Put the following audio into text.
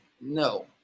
no